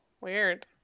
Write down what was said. weird